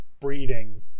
breeding